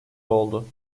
oldu